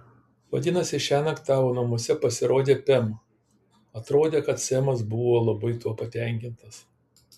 vadinasi šiąnakt tavo namuose pasirodė pem atrodė kad semas buvo labai tuo patenkintas